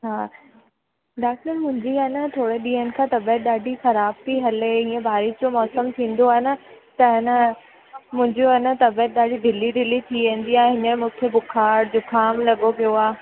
हा दरसल मुंहिंजी आहे न थोरे ॾींहनि खां तबियत ॾाढी ख़राबु थी हले हीअं बारिश जो मौसम थींदो आहे न त अन मुंहिंजो आहे न तबियत ॾाढी ढिली ढिली थी वेंदी आहे हीअं मूंखे बुख़ारु ज़ुकाम लॻो पियो आहे